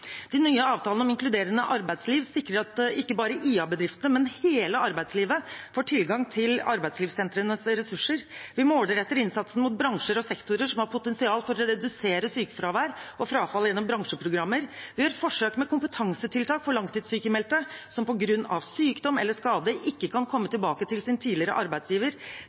De nye avtalene om inkluderende arbeidsliv sikrer at ikke bare IA-bedriftene, men hele arbeidslivet, får tilgang til arbeidslivssentrenes ressurser. Vi målretter innsatsen mot bransjer og sektorer som har potensial til å redusere sykefravær og frafall gjennom bransjeprogrammer. Vi gjør forsøk med kompetansetiltak for langtidssykmeldte som på grunn av sykdom eller skade ikke kan komme tilbake til sin tidligere arbeidsgiver.